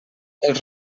els